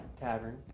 tavern